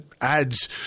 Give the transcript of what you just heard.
ads